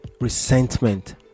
resentment